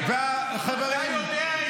כי הם יצאו למילואים.